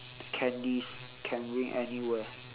candies can bring anywhere